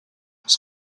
its